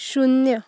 शून्य